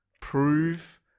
prove